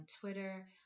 Twitter